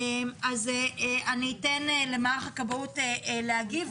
אז אני אתן למערך הכבאות להגיב.